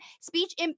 speech